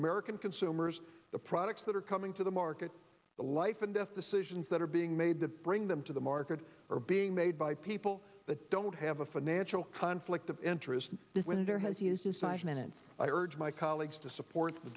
american consumers the products that are coming to the market the life and death decisions that are being made to bring them to the market are being made by people that don't have a financial conflict of interest when they're healthy is decide minute i urge my colleagues to support the